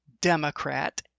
democrat